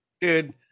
dude